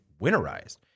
winterized